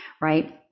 Right